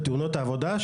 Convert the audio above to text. בתאונות העובדה,